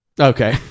Okay